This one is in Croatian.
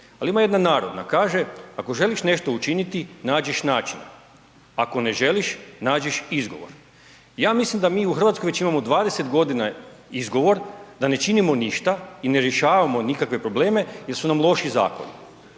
Ali ima jedna narodna, kaže: „Ako želiš nešto učiniti, nađeš način. Ako ne želiš, nađeš izgovor.“ Ja mislim da mi u Hrvatskoj već imamo 20 godina izgovor da ne činimo ništa i ne rješavamo nikakve probleme jer su nam loši zakoni.